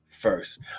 First